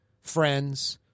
friends